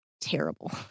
terrible